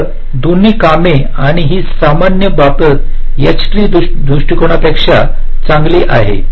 तर दोन्ही कामे आणि ही सामान्य बाबतीत एच ट्री दृष्टिकोनापेक्षा चांगली आहे